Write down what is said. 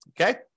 Okay